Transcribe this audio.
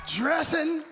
dressing